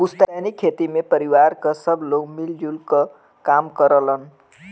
पुस्तैनी खेती में परिवार क सब लोग मिल जुल क काम करलन